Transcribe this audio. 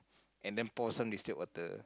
and then pour some distilled water